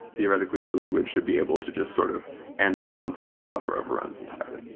theoretically, your language should be able to just sort of end the concept of buffer overruns entirely.